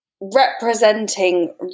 representing